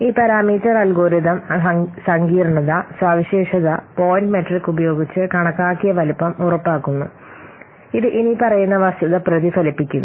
ഈ parameter algorithm സങ്കീർണ്ണത സവിശേഷത പോയിന്റ് മെട്രിക് ഉപയോഗിച്ച് കണക്കാക്കിയ വലുപ്പം ഉറപ്പാക്കുന്നു ഇത് ഇനിപ്പറയുന്ന വസ്തുത പ്രതിഫലിപ്പിക്കുന്നു